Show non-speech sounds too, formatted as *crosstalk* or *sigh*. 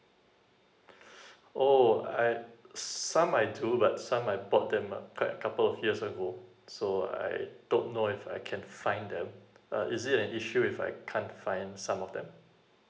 *breath* oh I some I do but some I bought them uh quite a couple of years ago so I don't know if I can find them uh is it an issue if I can't find some of them